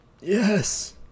Yes